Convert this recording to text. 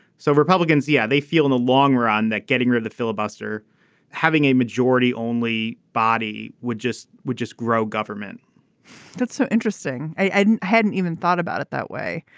so republicans yeah they feel in the long run that getting rid of the filibuster having a majority only body would just would just grow government that's so interesting. i hadn't hadn't even thought about it that way.